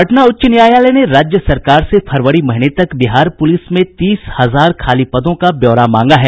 पटना उच्च न्यायालय ने राज्य सरकार से फरवरी महीने तक बिहार पुलिस में तीस हजार खाली पदों का ब्योरा मांगा है